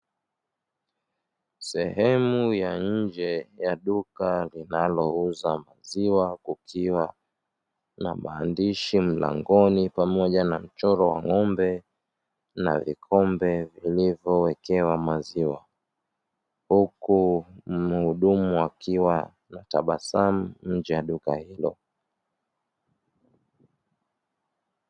Sehemu ya nje ya duka linalouza maziwa, kukiwa na maandishi mlangoni pamoja na mchoro wa ng'ombe na vikombe vilivyowekewa maziwa, huku muhudumu akiwa na tabasamu nje ya duka hilo.